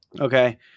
Okay